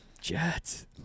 Jets